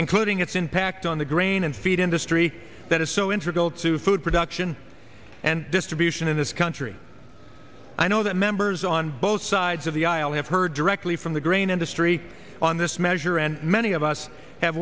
including its impact on the grain and feed industry that is so intricate all to food production and distribution in this country i know that members on both sides of the aisle have heard directly from the grain industry on this measure and many of us have